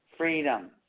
freedom